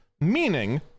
meaning